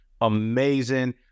amazing